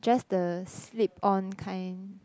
just the slip on kind